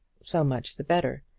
so much the better.